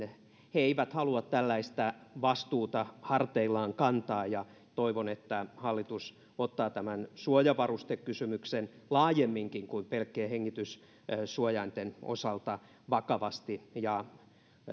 he eivät halua tällaista vastuuta harteillaan kantaa ja toivon että hallitus ottaa tämän suojavarustekysymyksen laajemminkin kuin pelkkien hengityssuojainten osalta vakavasti ja